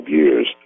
years